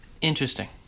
Interesting